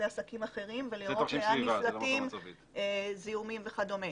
לעסקים אחרים לראות לאן נפלטים זיהומים וכדומה.